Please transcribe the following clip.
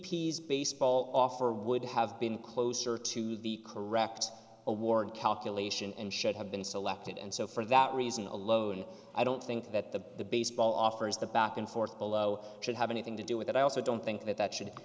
p s baseball offer would have been closer to the correct award calculation and should have been selected and so for that reason alone i don't think that the baseball offer as the back and forth below should have anything to do with that i also don't think that that should